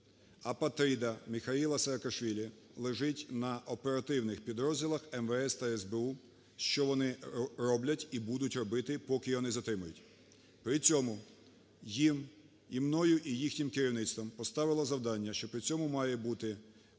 апатрида Міхеїла Саакашвілі лежить на оперативних підрозділах МВС та СБУ, що вони роблять і будуть робити, поки його не затримають. При цьому їм і мною, і їхнім керівництвом поставлено завдання, що при цьому має бути